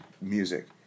music